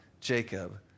Jacob